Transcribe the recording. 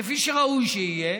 כפי שראוי שיהיה,